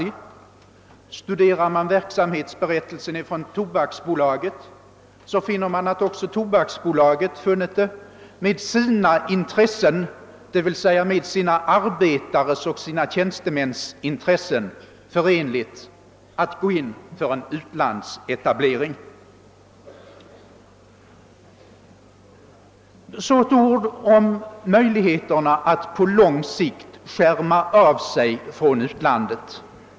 Och om man studerar Tobaksbolagets verksamhetsberättelse kan man konstatera att också det bolaget har funnit det med sina intres sen — d. v. s. med sina arbetares och tjänstemäns intressen — förenligt att gå in för utlandsetableringar. Så till slut några ord om möjligheterna att på lång sikt avskärma sig från utlandet.